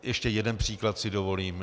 Ještě jeden příklad si dovolím.